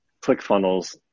ClickFunnels